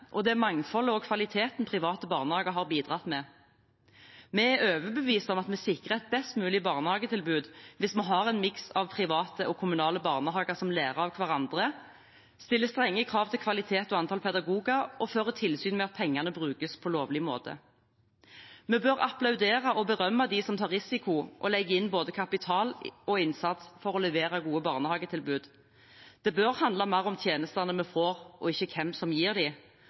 og det mangfoldet og den kvaliteten private barnehager har bidratt med. Vi er overbevist om at vi sikrer et best mulig barnehagetilbud dersom vi har en miks av private og kommunale barnehager, som lærer av hverandre, stiller strenge krav til kvalitet og antall pedagoger, og fører tilsyn med at pengene brukes på lovlig måte. Vi bør applaudere og berømme dem som tar risiko og legger inn både kapital og innsats for å levere gode barnehagetilbud. Det bør handle mer om tjenestene vi får, ikke hvem som gir